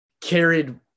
carried